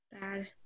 Bad